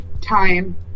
time